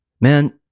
man